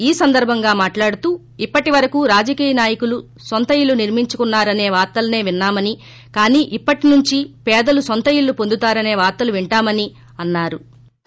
ఈ సందర్బంగా మాట్లాడుతూ ఇప్పటి వరకూ రాజకేయ నాయకులు నొంత ఇళ్లు నిర్మించుకున్నారనే వార్తలనే విన్నా మని కానీ ఇప్పటి నుంచి పేదలు నొంత ఇళ్లు వొందారసే వార్తలు వింటామని అన్నారు